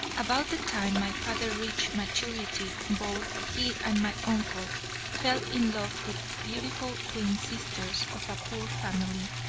about the time my father reached maturity, both he and my uncle fell in love with beautiful twin sisters of a poor family,